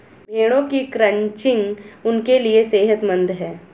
भेड़ों की क्रचिंग उनके लिए सेहतमंद है